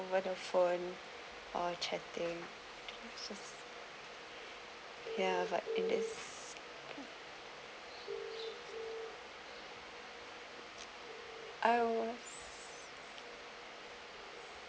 over the phone or chatting ya but in this I was